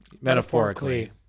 metaphorically